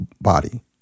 body